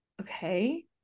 Okay